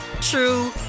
true